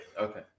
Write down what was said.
Okay